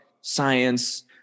science